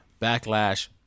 Backlash